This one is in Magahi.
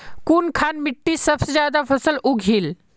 कुनखान मिट्टी सबसे ज्यादा फसल उगहिल?